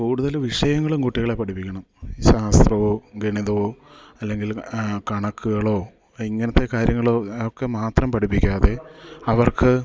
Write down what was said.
കൂടുതൽ വിഷയങ്ങളും കുട്ടികളേ പഠിപ്പിക്കണം ശാസ്ത്രമോ ഗണിതമോ അല്ലെങ്കിൽ കണക്കുകളോ ഇങ്ങനത്തെ കാര്യങ്ങളോ ഒക്കെ മാത്രം പഠിപ്പിക്കാതെ അവർക്ക്